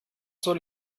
soll